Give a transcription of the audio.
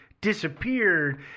disappeared